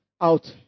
out